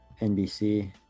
NBC